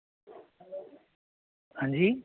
जी